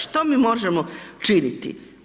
Što mi možemo činiti?